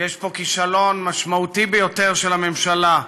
ויש פה כישלון משמעותי ביותר של הממשלה,